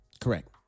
Correct